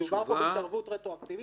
מדובר פה בהתערבות רטרואקטיבית,